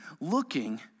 looking